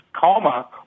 coma